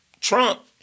Trump